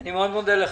אני מאוד מודה לך.